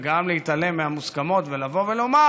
וגם להתעלם מהמוסכמות ולבוא ולומר: